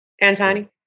Antony